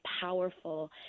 powerful